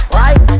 right